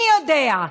מי יודע.